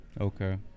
Okay